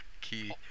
key